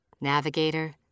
Navigator